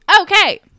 Okay